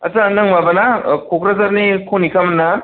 आस्सा नों माबा ना क'क्राजारनि कनिखामोन ना